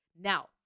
Now